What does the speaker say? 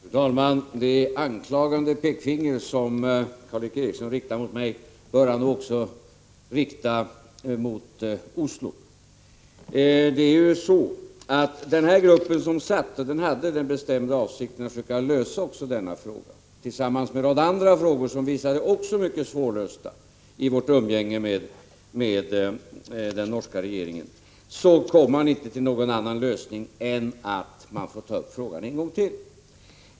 Fru talman! Det anklagande pekfinger som Karl Erik Eriksson riktar mot mig bör han nog också rikta mot Oslo. Den första expertgruppen hade den bestämda avsikten att försöka lösa denna fråga tillsammans med en rad andra frågor som också visade sig vara mycket svårlösta i vårt umgänge med den norska regeringen. Man kom emellertid inte till någon annan lösning än att man får ta upp frågan en gång till.